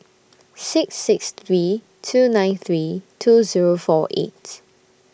six six three two nine three two Zero four eight